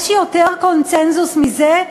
יש יותר קונסנזוס מזה?